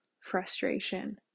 frustration